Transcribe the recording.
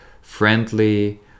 friendly